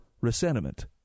resentment